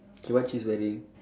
okay what she's wearing